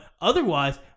otherwise